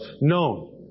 known